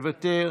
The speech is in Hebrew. מוותר,